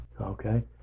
Okay